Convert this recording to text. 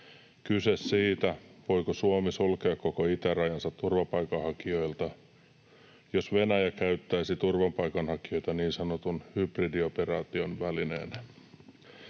Kyse on siitä, voiko Suomi sulkea koko itärajansa turvapaikanhakijoilta, jos Venäjä käyttäisi turvapaikanhakijoita niin sanotun hybridioperaation välineenä.